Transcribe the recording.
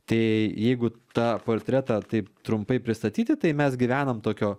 tai jeigu tą portretą taip trumpai pristatyti tai mes gyvenam tokio